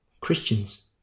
Christians